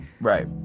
Right